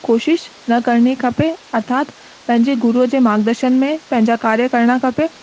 कोशिशि न करिणी खपे अर्थात पंहिंजे गुरुअ जे मार्ग दर्शन में पंहिंजा कार्य करणु खपे